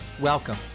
Welcome